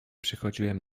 przychodziłem